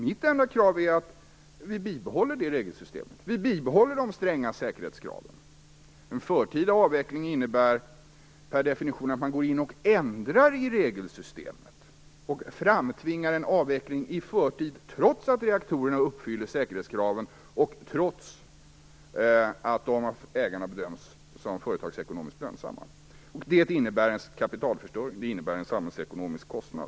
Mitt enda krav är att vi bibehåller regelsystemet och de stränga säkerhetskraven. En förtida avveckling innebär per definition att man går in och ändrar i regelsystemet och framtvingar en avveckling i förtid, trots att reaktorerna uppfyller säkerhetskraven och trots att de av ägarna bedöms som företagsekonomiskt lönsamma. Det innebär en kapitalförstöring och en samhällsekonomisk kostnad.